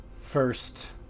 First